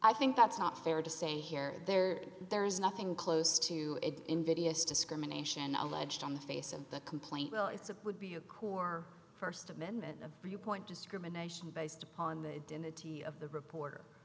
i think that's not fair to say here there there is nothing close to it invidious discrimination alleged on the face of the complaint well it's a would be a core st amendment of viewpoint discrimination based upon the dignity of the reporter